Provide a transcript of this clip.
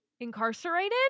incarcerated